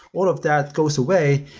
all of that goes away.